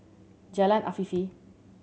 Jalan Afifi